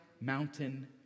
mountain